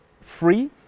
free